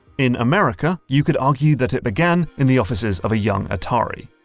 in america, you could argue that it began in the offices of a young atari.